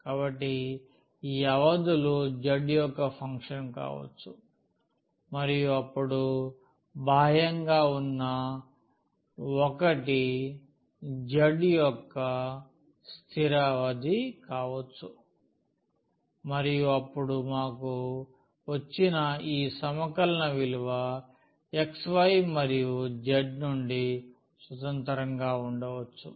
కాబట్టి ఈ అవధులు z యొక్క ఫంక్షన్ కావచ్చు మరియు అప్పుడు బాహ్యంగా వున్న ఒకటి z యొక్క స్తిర అవధి కావచ్చు మరియు ఇప్పుడు మాకు వచ్చిన ఈ సమకలన విలువ xy మరియు z నుండి స్వతంత్రంగా వుండవచ్చు